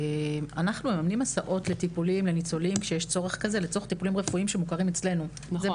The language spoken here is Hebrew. אנחנו מממנים הסעות לטיפולים שמוכרים אצלנו לניצולים כשיש צורך כזה,